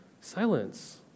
Silence